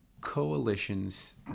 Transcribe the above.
Coalitions